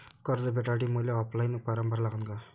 कर्ज भेटासाठी मले ऑफलाईन फारम भरा लागन का?